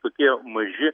tokie maži